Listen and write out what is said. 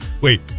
Wait